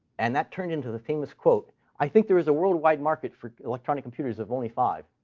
and that turned into the famous quote i think there is a worldwide market for electronic computers of only five.